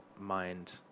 mind